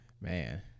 Man